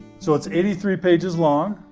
so, it's eighty three pages long,